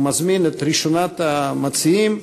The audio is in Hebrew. ומזמין את ראשונת המציעים,